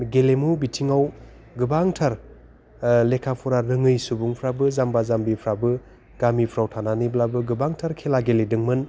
गेलेमु बिथिङाव गोबांथार लेखा फरा रोङै सुबुंफ्राबो जाम्बा जाम्बिफ्राबो गामिफ्राव थानानैब्लाबो गोबांथार खेला गेलेदोंमोन